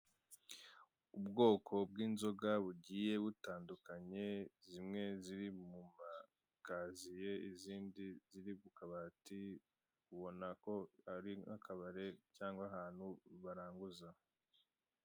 Ubwoko bw'inzoga bugiye butandukanye zimwe ziri mu ma kaziye izindi ziri mu kabati ubona ko ari nko mu kabari cyangwa baranguza.